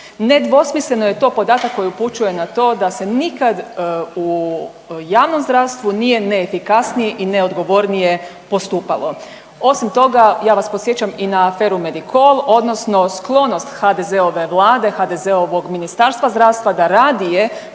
Nedvosmisleno je to podatak koji upućuje na to da se nikad u javnom zdravstvu nije neefikasnije i neodgovornije postupalo. Osim toga, ja vas podsjećam i na aferu Medikol, odnosno sklonost HDZ-ove Vlade, HDZ-ovog Ministarstva zdravstva da radije